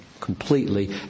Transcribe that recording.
completely